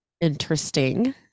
interesting